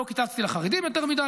לא קיצצתי לחרדים יותר מדי.